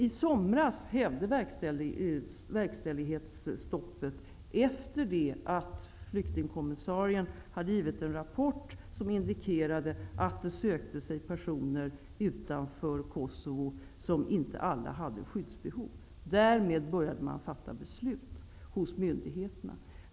I somras hävdes verkställighetsstoppet, efter det att flyktingkommissarien avgivit en rapport som indikerade att personer från Kosovo som inte alla hade skyddsbehov sökte sig till andra länder. Därmed började myndigheterna fatta beslut.